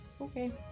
Okay